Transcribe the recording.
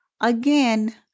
again